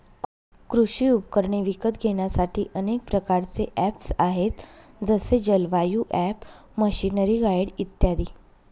कृषी उपकरणे विकत घेण्यासाठी अनेक प्रकारचे ऍप्स आहेत जसे जलवायु ॲप, मशीनरीगाईड इत्यादी